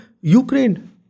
Ukraine